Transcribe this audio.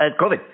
COVID